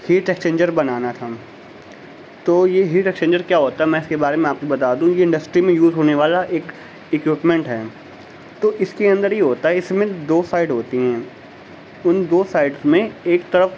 heat exchanger بنانا تھا تو یہ ہیٹ ایکسچینجر کیا ہوتا ہے میں اس کے بارے میں آپ کو بتا دوں یہ انڈسٹری میں یوز ہونے والا ایک ایکیوپمنٹ ہے تو اس کے اندر یہ ہوتا ہے اس میں دو سائڈ ہوتی ہیں ان دو سائڈس میں ایک طرف